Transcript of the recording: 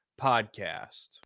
podcast